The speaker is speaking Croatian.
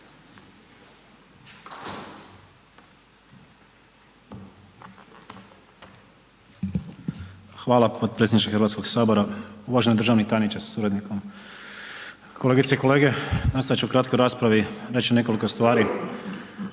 Hvala potpredsjedniče Hrvatskoga sabora, uvaženi državni tajniče sa suradnikom, kolegice i kolege. Nastojati ću u kratkoj raspravi reći nekoliko stvari